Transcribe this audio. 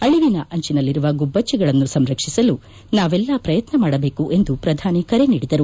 ಅಳಿವಿನ ಅಂಚಿನಲ್ಲಿರುವ ಗುಬ್ಬಚ್ಚಿಗಳನ್ನು ಸಂರಕ್ಷಿಸಲು ನಾವೆಲ್ಲ ಪ್ರಯತ್ನ ಮಾಡಬೇಕು ಎಂದು ಪ್ರಧಾನಿ ಕರೆ ನೀಡಿದರು